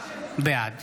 בעד